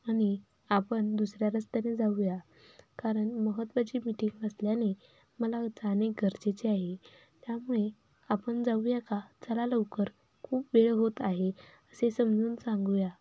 आणि आपण दुसऱ्या रस्त्याने जाऊया कारण महत्त्वाची मीटिंग असल्याने मला जाणे गरजेचे आहे त्यामुळे आपण जाऊया का चला लवकर खूप वेळ होत आहे असे समजून सांगूया